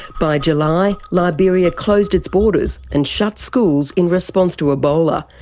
by july, liberia closed its borders and shut schools in response to ebola.